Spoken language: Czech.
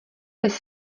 bez